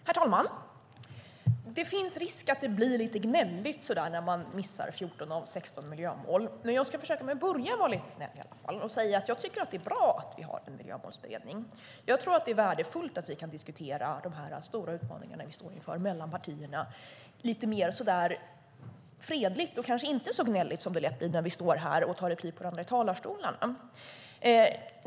Herr talman! Det finns risk att det blir lite gnälligt när man missar 14 av 16 miljömål. Men jag ska i alla fall i början försöka vara lite snäll och säga att jag tycker att det är bra att vi har en miljömålsberedning. Jag tror att det är värdefullt att vi kan diskutera de stora utmaningar som vi står inför mellan partierna lite mer fredligt och kanske inte så gnälligt som det lätt blir när vi står här och tar replik på varandra i talarstolarna.